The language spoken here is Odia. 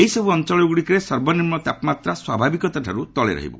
ଏହିସବୁ ଅଞ୍ଚଳଗୁଡ଼ିକରେ ସର୍ବନିମ୍ନ ତାପମାତ୍ରା ସ୍ୱାଭାବିକଠାରୁ ତଳେ ରହିବ